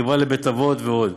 קרבה לבית אבות ועוד,